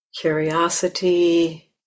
curiosity